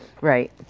Right